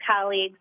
colleagues